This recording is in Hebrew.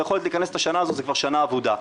והיכולת לכנס את השנה הזאת זה כבר שנה אבודה.